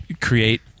create